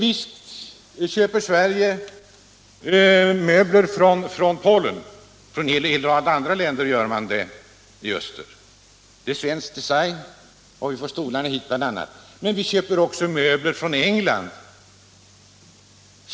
Visst köper Sverige möbler från Polen och från en hel rad andra länder i öster också. Det gäller även svensk design. Men vi köper också möbler från England.